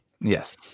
Yes